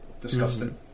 disgusting